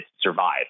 survive